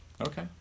Okay